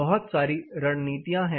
बहुत सारी रणनीतियां है